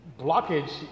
blockage